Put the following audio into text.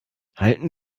halten